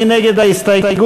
מי נגד ההסתייגות?